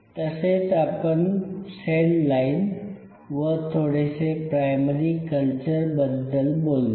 तसे आपण cell line व थोडेसे प्रायमरी कल्चरबद्दल बोललो